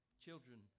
Children